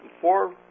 four